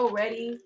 ready